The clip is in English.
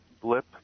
blip